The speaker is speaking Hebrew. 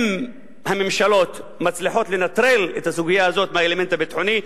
אם הממשלות יצליחו לנטרל את הסוגיה הזאת מהאלמנט הביטחוני,